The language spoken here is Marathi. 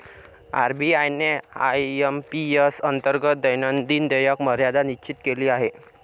आर.बी.आय ने आय.एम.पी.एस अंतर्गत दैनंदिन देयक मर्यादा निश्चित केली आहे